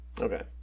okay